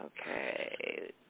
Okay